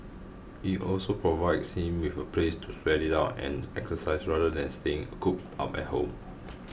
it also provides him with a place to sweat it out and exercise rather than staying cooped up at home